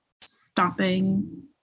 stopping